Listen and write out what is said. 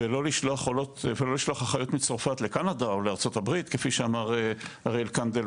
ולא לשלוח אחיות מצרפת לקנדה או לארה"ב כפי שאמר אריאל קנדל,